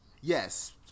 Yes